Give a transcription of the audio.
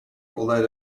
although